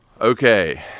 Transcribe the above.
Okay